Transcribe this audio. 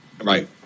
right